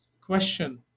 question